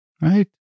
right